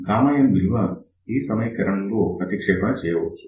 Γin విలువ ఈ సమీకరణం ద్వారా ప్రతిక్షేపణ చేయవచ్చు